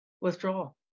withdrawal